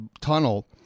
tunnel